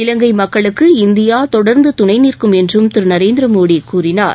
இலங்கை மக்களுக்கு இந்தியா தொடர்ந்து துணைனிற்கும் என்றும் திரு நரேந்திர மோடி கூறினார்